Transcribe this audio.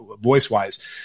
voice-wise